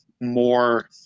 more